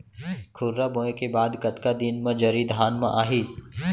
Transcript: खुर्रा बोए के बाद कतका दिन म जरी धान म आही?